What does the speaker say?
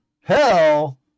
Hell